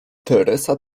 teresa